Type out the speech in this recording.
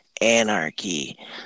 anarchy